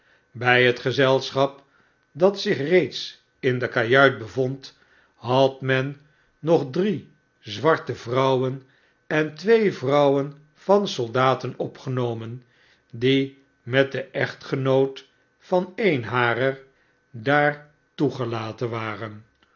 bg het gezelschap dat zich reeds in de kajuit bevond had men nog drie zwarte vrouwen en twee vrouwen van soldaten opgenomen die met den echtgenoot van een harer daar toegelaten waren